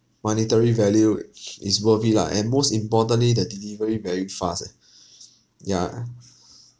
monetary value it's worth it lah and most importantly the delivery very fast eh yeah